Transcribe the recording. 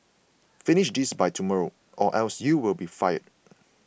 finish this by tomorrow or else you will be fired